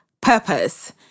purpose